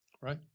right